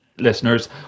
listeners